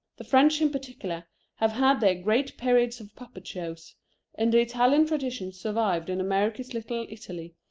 the french in particular have had their great periods of puppet shows and the italian tradition survived in america's little italy,